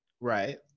Right